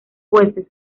jueces